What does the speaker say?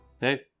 Hey